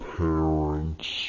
parents